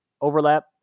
overlap